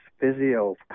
physio